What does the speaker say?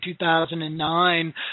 2009